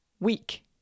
week